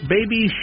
Baby